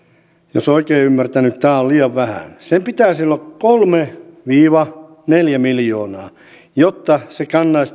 jos olen oikein ymmärtänyt tämä on liian vähän sen pitäisi olla kolme viiva neljä miljoonaa jotta se